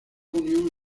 union